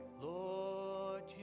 Lord